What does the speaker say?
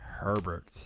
herbert